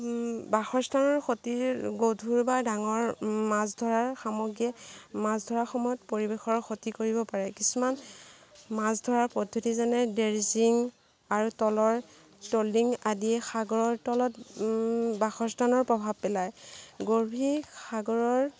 বাসস্থানৰ ক্ষতিৰ গধুৰ বা ডাঙৰ মাছ ধৰাৰ সামগ্ৰীয়ে মাছধৰাৰ সময়ত পৰিৱেশৰ ক্ষতি কৰিব পাৰে কিছুমান মাছ ধৰাৰ পদ্ধতি যেনে ডেৰজিং আৰু তলৰ টলিং আদিয়ে সাগৰৰ তলত বাসস্থানৰ প্ৰভাৱ পেলায় গভীৰ সাগৰৰ